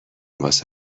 واسه